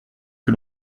que